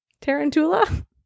Tarantula